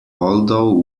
although